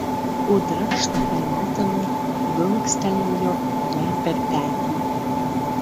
ūdra šlapia letena dunkstelėjo jai per petį